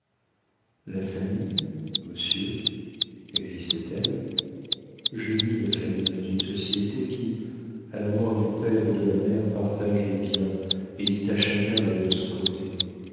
la famille monsieur existe t elle je nie la famille dans une société qui à la mort du père ou de la mère partage les biens et dit à chacun d'aller de son côté